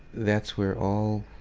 that's where all